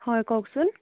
হয় কওকচোন